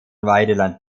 weideland